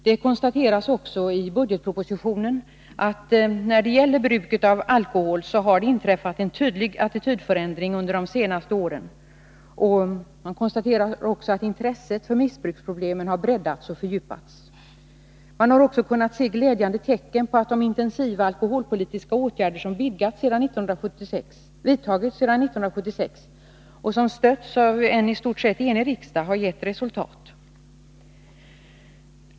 Det konstateras också i budgetpropositionen att det under de senaste åren har inträffat en tydlig attitydförändring när det gäller bruket av alkohol och att intresset för missbruksproblemen har breddats och fördjupats. Man har också kunnat se glädjande tecken på att de intensiva alkoholpolitiska åtgärder som har vidtagits sedan 1976, och som stötts av en i stort sett enig riksdag, har gett resultat.